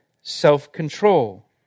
self-control